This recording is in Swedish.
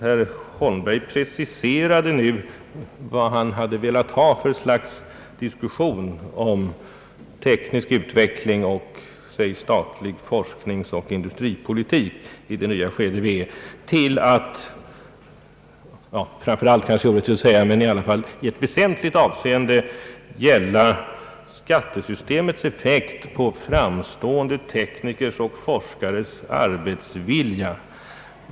Herr Holmberg preciserade vad han hade velat ha för slags diskussion om teknisk utveckling och statlig forskningsoch industripolitik i det nya skede vi befinner oss i till att i ett väsentligt avseende gälla skattesystemets effekt på framstående teknikers och forskares arbetsvilja.